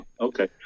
Okay